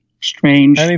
strange